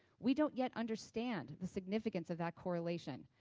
we don't yet understand the significance of that correlation,